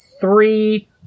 three